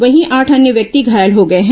वहीं आठ अन्य व्यक्ति घायल हो गए हैं